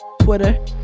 Twitter